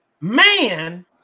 man